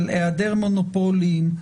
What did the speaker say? על היעדר מונופולים,